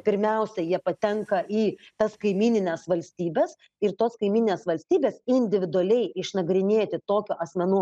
pirmiausia jie patenka į tas kaimynines valstybes ir tos kaimyninės valstybės individualiai išnagrinėti tokio asmenų